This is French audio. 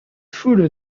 foule